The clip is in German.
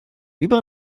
über